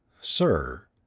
sir